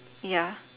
ya